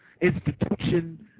institution